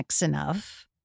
enough